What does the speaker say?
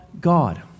God